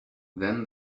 then